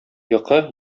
йокы